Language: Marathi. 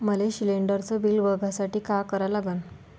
मले शिलिंडरचं बिल बघसाठी का करा लागन?